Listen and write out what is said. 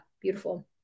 beautiful